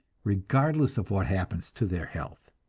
regardless of what happens to their health.